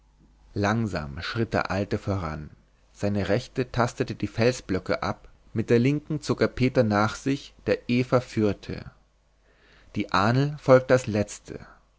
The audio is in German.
langsam schritt der alte voran seine rechte tastete die felsblöcke ab mit der linken zog er peter nach sich der eva führte die ahnl folgte als letzte